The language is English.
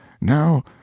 now